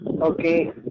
Okay